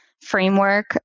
framework